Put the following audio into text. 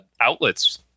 outlets